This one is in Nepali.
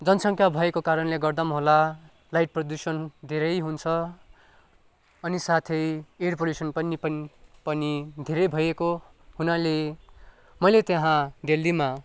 जनसङ्ख्या भएको कारणले गर्दा पनि होला लाइट प्रदुषण धेरै हुन्छ अनि साथै एयर पल्युसन पनि पनि धेरै भएको हुनाले मैले त्यहाँ दिल्लीमा